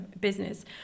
business